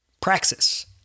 Praxis